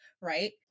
right